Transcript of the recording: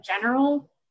general